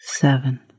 Seven